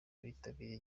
abitabiriye